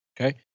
Okay